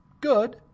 good